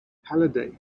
halliday